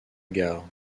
gare